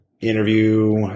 interview